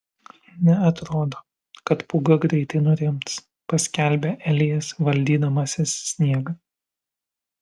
neatrodo kad pūga greitai nurims paskelbia elijas valdydamasis sniegą